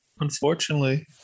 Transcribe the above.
unfortunately